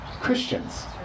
Christians